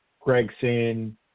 Gregson